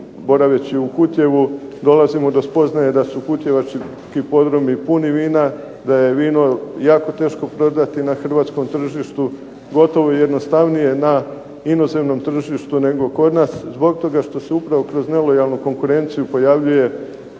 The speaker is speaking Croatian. boraveći u Kutjevu dolazimo da su kutjevački podrumi puni vina, da je vino jako teško prodati na hrvatskom tržištu. Gotovo je jednostavnije na inozemnom tržištu nego kod nas zbog toga što se upravo kroz nelojalnu konkurenciju pojavljuje